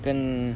kan